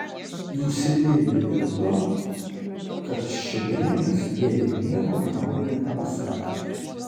nusivylė dėl to kad ščedrinas jai nieko naujo nepasakė